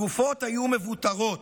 הגופות היו מבותרות.